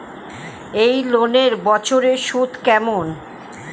এই লোনের বছরে সুদ কেমন?